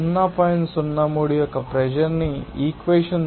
03 యొక్క ప్రెషర్ న్ని ఈ ఈక్వెషన్ ద్వారా ఇక్కడ 0